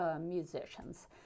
musicians